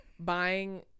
Buying